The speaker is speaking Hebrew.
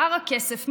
הר הכסף,